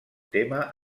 tema